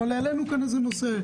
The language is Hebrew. אבל העלינו כאן נושא.